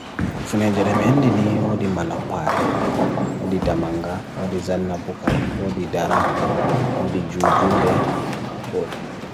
Eyi, hayreji ɗiɗi nafoore, waɗi huuwita ko hokkita. Hayreji ewi koɗe e monɗo, soowdi fowru.